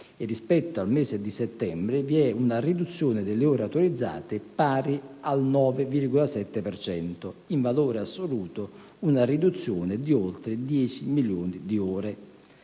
Rispetto al mese di settembre vi è infatti una riduzione delle ore autorizzate pari al 9,7 per cento; in valore assoluto, una riduzione di oltre 10 milioni di ore.